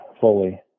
fully